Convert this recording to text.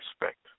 respect